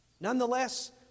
Nonetheless